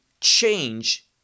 change